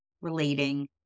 relating